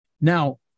Now